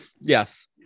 Yes